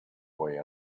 boy